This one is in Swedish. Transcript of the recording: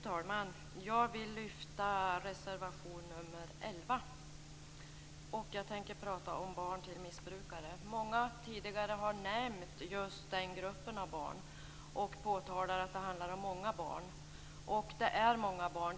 Fru talman! Jag vill lyfta reservation nr 11. Jag tänker prata om barn till missbrukare. Många har tidigare nämnt just den gruppen av barn och påtalat att det handlar om många barn. Det är många barn.